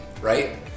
right